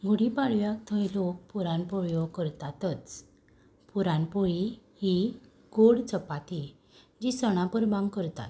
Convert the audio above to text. गुडी पाडव्याक थंय लोक पुरण पोळ्यो करतातच पुरण पोळी ही गोड चपाती जी सणा परबांक करतात